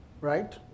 right